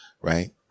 right